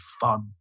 fun